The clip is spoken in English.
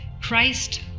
Christ